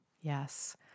Yes